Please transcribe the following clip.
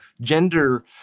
gender